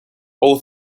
all